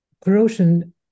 corrosion